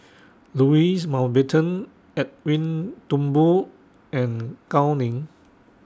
Louis Mountbatten Edwin Thumboo and Gao Ning